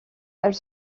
elle